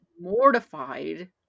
mortified